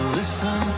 listen